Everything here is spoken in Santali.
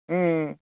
ᱦᱩᱸ